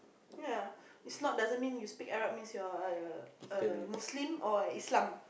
yeah it's not doesn't mean you speak Arab means you're a err a Muslim or Islam